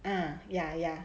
ah ya ya